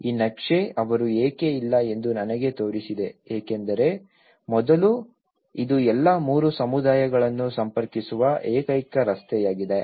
ಈ ನಕ್ಷೆ ಅವರು ಏಕೆ ಇಲ್ಲ ಎಂದು ನನಗೆ ತೋರಿಸಿದೆ ಏಕೆಂದರೆ ಮೊದಲು ಇದು ಎಲ್ಲಾ ಮೂರು ಸಮುದಾಯಗಳನ್ನು ಸಂಪರ್ಕಿಸುವ ಏಕೈಕ ರಸ್ತೆಯಾಗಿದೆ